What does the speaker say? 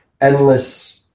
endless